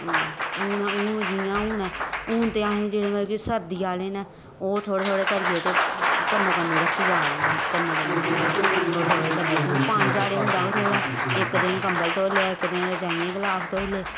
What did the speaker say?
ते हून हून जियां हून ऐ हून ते अहें जेल्लै मतलब कि सर्दी आह्ले न ओह् थोह्ड़े थोह्ड़े करियै ते कन्नो कन्नी रक्खी जा दे अहें कन्नै कन्नै इ'यां थोह्ड़े थोह्ड़े करियै क्योंकि पानी साढ़े होंदा गै थोह्ड़ा ऐ इक दिन कम्बल धोई लेआ इक दिन रजाइयें दे गलाफ धोई ले